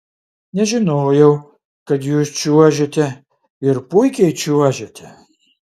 nežinojau kad jūs čiuožiate ir puikiai čiuožiate